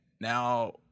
now